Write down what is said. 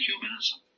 humanism